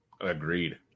Agreed